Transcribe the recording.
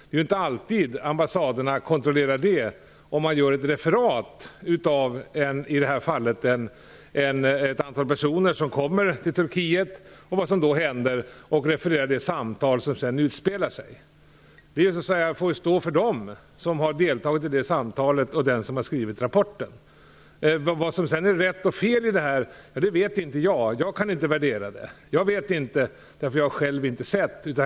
Det är inte alltid ambassaderna kontrollerar det, om man gör ett referat av i detta fall när ett antal personer kommer till Turkiet och vad som då händer, och sedan refererar det samtal som utspelar sig. Det får ju stå för dem som har deltagit i det samtalet och den som har skrivit rapporten. Vad som är rätt och fel i det här vet inte jag. Jag kan inte värdera det. Jag vet inte det, därför att jag själv inte har sett det.